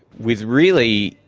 with really,